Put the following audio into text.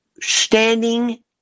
standing